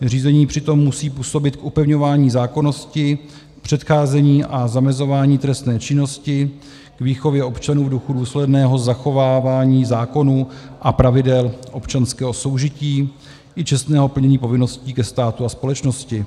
Řízení přitom musí působit k upevňování zákonnosti, předcházení a zamezování trestné činnosti, k výchově občanů v duchu důsledného zachovávání zákonů a pravidel občanského soužití i čestného plnění povinností ke státu a společnosti.